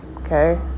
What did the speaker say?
Okay